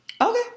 okay